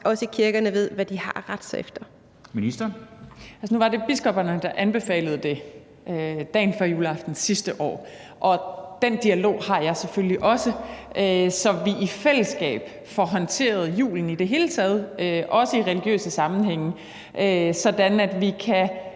13:41 Kirkeministeren (Ane Halsboe-Jørgensen): Nu var det biskopperne, der anbefalede det dagen før juleaften sidste år, og den dialog har jeg selvfølgelig også, så vi i fællesskab får håndteret julen i det hele taget, også i religiøse sammenhænge, sådan at vi kan